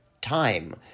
time